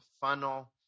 funnel